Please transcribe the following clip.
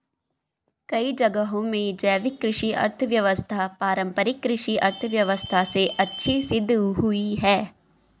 कई जगहों में जैविक कृषि अर्थव्यवस्था पारम्परिक कृषि अर्थव्यवस्था से अच्छी सिद्ध हुई है